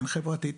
הן חברתית,